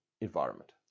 environment